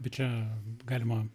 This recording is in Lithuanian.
bet čia galima